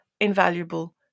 invaluable